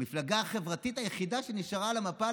המפלגה החברתית היחידה שנשארה על המפה,